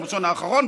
ביום ראשון האחרון,